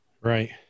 right